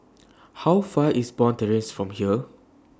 How Far IS Bond Terrace from here